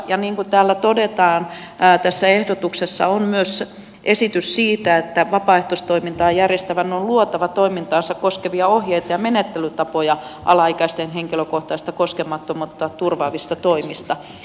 ja niin kuin täällä todetaan tässä ehdotuksessa on myös esitys siitä että vapaaehtoistoimintaa järjestävän on luotava toimintaansa koskevia ohjeita ja menettelytapoja alaikäisten henkilökohtaista koskemattomuutta turvaavista toimista